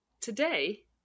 today